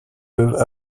peuvent